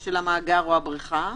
של המאגר או הבריכה,